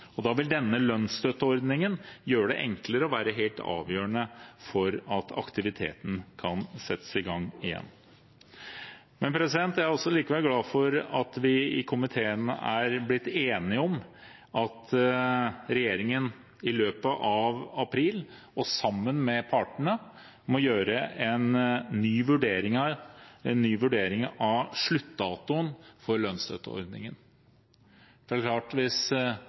Da vil denne lønnsstøtteordningen gjøre det enklere og være helt avgjørende for at aktiviteten kan settes i gang igjen. Jeg er likevel glad for at vi i komiteen er blitt enige om at regjeringen i løpet av april og sammen med partene må gjøre en ny vurdering av sluttdatoen for lønnsstøtteordningen, for det er klart at hvis